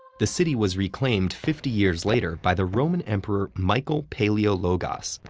the city was reclaimed fifty years later by the roman emperor michael palaiologos,